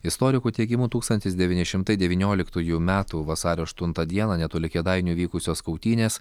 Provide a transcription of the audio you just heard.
istorikų teigimu tūkstantis devyni šimtai devynioliktųjų metų vasario aštuntą dieną netoli kėdainių vykusios kautynės